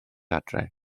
adre